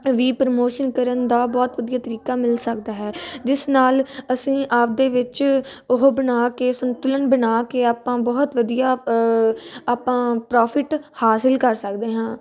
ਵੀ promotion ਕਰਨ ਦਾ ਬਹੁਤ ਵਧੀਆ ਤਰੀਕਾ ਮਿਲ ਸਕਦਾ ਹੈ ਜਿਸ ਨਾਲ ਅਸੀਂ ਆਪਣੇ ਵਿੱਚ ਉਹ ਬਣਾ ਕੇ ਸੰਤੁਲਣ ਬਣਾ ਕੇ ਆਪਾਂ ਬਹੁਤ ਵਧੀਆ ਆਪਾਂ ਪ੍ਰੋਫਿਟ ਹਾਸਿਲ ਕਰ ਸਕਦੇ ਹਾਂ